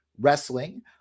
Wrestling